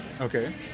Okay